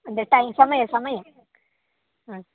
ಅಂದರೆ ಟೈಮ್ ಸಮಯ ಸಮಯ ಹಾಂ